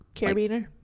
carabiner